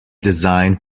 designed